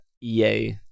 EA